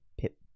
pip